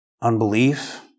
Unbelief